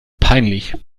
peinlich